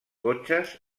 cotxes